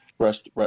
Rest